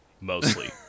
Mostly